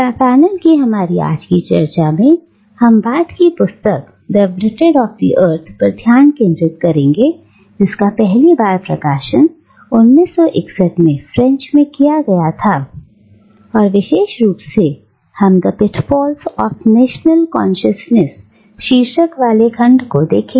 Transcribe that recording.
panel की हमारी आज की चर्चा में हम बाद की पुस्तक the wretched of the earth पर ध्यान केंद्रित करेंगे जिसका पहली बार प्रकाशन 1961 में फ्रेंच में किया गया था और विशेष रूप से हम the pitfalls of national consciousness" शीर्षक वाले खंड को देखेंगे